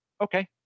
Okay